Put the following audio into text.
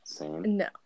no